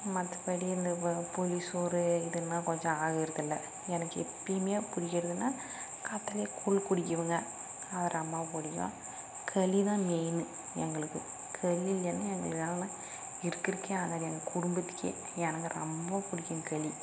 மற்றபடி இந்த புளிசோறு இதுன்னால் கொஞ்சம் ஆகுறதில்லை எனக்கு எப்பையுமே பிடிக்கிறதுனா கார்த்தாலே கூழ் குடிக்குவேங்க அது ரொம்ப பிடிக்கும் களி தான் மெயின்னு எங்களுக்கு களி இல்லைன்னா எங்களுக்காகலாம் இருக்கறக்கே ஆகாது எங்க குடும்பத்துக்கே எனக்கு ரொம்ப புடிக்கும் களி